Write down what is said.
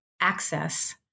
access